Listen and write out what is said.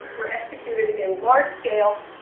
were executed in large scale,